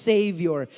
Savior